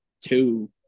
two